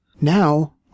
Now